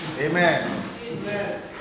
Amen